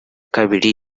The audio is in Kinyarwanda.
kabiri